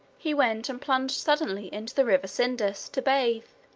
he went and plunged suddenly into the river cydnus to bathe.